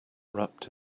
wrapped